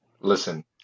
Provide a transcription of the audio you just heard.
listen